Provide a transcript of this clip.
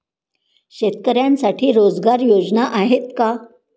शेतकऱ्यांसाठी रोजगार योजना आहेत का?